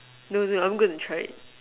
no no I'm going to try it